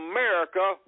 America